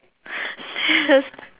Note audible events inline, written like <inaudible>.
<laughs> serious